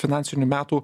finansinių metų